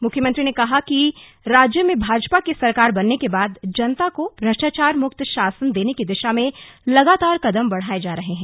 मुख्यमंत्री ने कहा कि राज्य में भापजा की सरकार बनने के बाद जनता को भ्रष्टाचार मुक्त शासन देने की दिशा में लगातार कदम बढाये जा रहे हैं